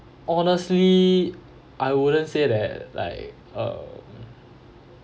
honestly I wouldn't say that like um